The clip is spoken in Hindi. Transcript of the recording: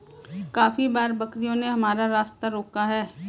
काफी बार बकरियों ने हमारा रास्ता रोका है